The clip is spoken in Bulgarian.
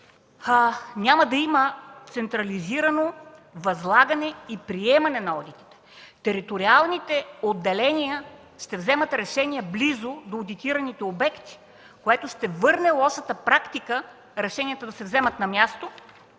Няма да има централизирано възлагане и приемане на одитите. Териториалните отделения ще вземат решения близо до одитираните обекти, което ще върне лошата практика – решенията да се вземат на място,